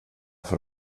för